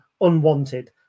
unwanted